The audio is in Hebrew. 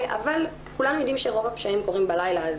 אבל כולנו יודעים שרוב הפשעים קורים בלילה,